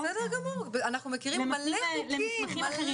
הם מפנים למסמכים אחרים,